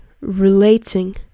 relating